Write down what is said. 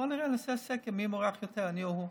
בואו נראה, נעשה סקר מי מעורך יותר, אני או הוא.